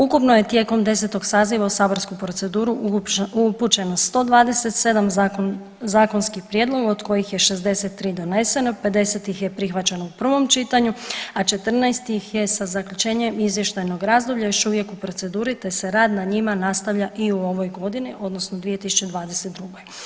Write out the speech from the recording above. Ukupno je tijekom 10. saziva u saborsku proceduru upućeno 127 zakonskih prijedloga od kojih je 63 doneseno, 50 ih je prihvaćeno u prvom čitanju, a 14 ih je sa zaključenjem izvještajnog razdoblja još uvijek u proceduri, te se rad na njima nastavlja i u ovoj godini odnosno 2022.